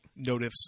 notifs